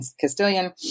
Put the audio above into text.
Castilian